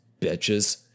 bitches